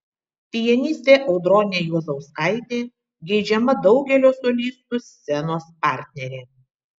pianistė audronė juozauskaitė geidžiama daugelio solistų scenos partnerė